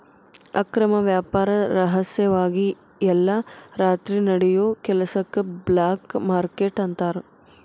ಅಕ್ರಮ ವ್ಯಾಪಾರ ರಹಸ್ಯವಾಗಿ ಎಲ್ಲಾ ರಾತ್ರಿ ನಡಿಯೋ ಕೆಲಸಕ್ಕ ಬ್ಲ್ಯಾಕ್ ಮಾರ್ಕೇಟ್ ಅಂತಾರ